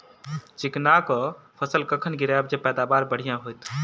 चिकना कऽ फसल कखन गिरैब जँ पैदावार बढ़िया होइत?